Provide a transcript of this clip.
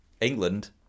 England